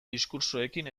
diskurtsoekin